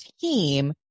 team